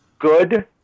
Good